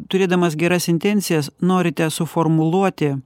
turėdamas geras intencijas norite suformuluoti